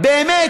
באמת,